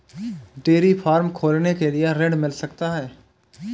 Dairy farm खोलने के लिए ऋण मिल सकता है?